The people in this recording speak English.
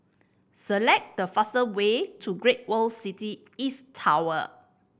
select the fast way to Great World City East Tower